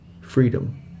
freedom